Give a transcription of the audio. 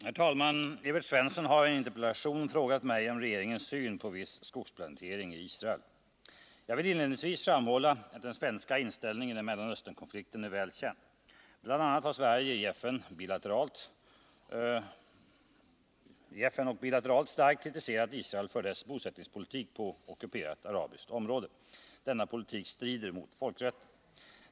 Herr talman! Evert Svensson har i en interpellation frågat mig om regeringens syn på viss skogsplantering i Israel. Jag vill inledningsvis framhålla att den svenska inställningen i Mellanösternkonflikten är väl känd. Bl. a. har Sverige i FN och bilateralt starkt kritiserat Israel för dess bosättningspolitik på ockuperat arabiskt område. Denna politik strider mot folkrätten.